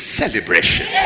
celebration